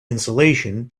insulation